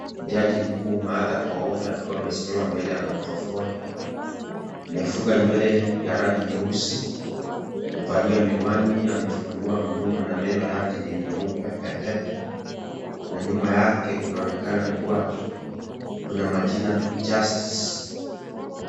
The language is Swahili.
Jaji mkuu Martha Koome akiwa amesimama mbele ya mikrofoni amefuga nywele ya rangi nyeusi, amevalia miwani amefungua mdomo na meno yake ni meupe pepepe, na nyuma yake kunaonekana kua kuna majina justice .